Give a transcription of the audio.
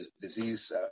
disease